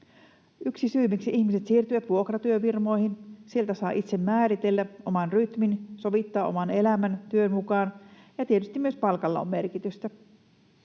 Yksi syy, miksi ihmiset siirtyvät vuokratyöfirmoihin, on se, että siellä saa itse määritellä oman rytmin, sovittaa oman elämän työn mukaan, ja tietysti myös palkalla on merkitystä.